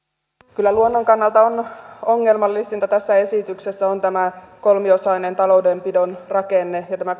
kyllä luonnon kannalta ongelmallisinta tässä esityksessä on tämä kolmiosainen taloudenpidon rakenne ja tämä